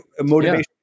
motivation